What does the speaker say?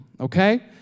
okay